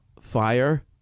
fire